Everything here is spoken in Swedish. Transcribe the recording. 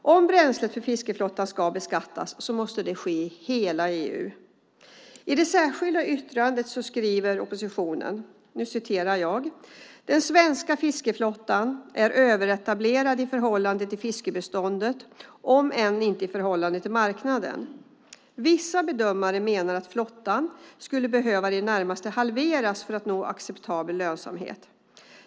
Om bränslet till fiskeflottan ska beskattas måste det ske i hela EU. I det särskilda yttrandet skriver oppositionen: "Den svenska fiskeflottan är överetablerad i förhållande till fiskbestånden om än inte i förhållande till marknaden. Vissa bedömare menar att flottan skulle behöva i det närmaste halveras för att nå acceptabel lönsamhet.